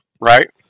Right